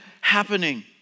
happening